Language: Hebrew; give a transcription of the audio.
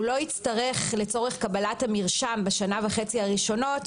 הוא לא יצטרך לצורך קבלת המרשם אישור מיוחד בשנה וחצי הראשונות,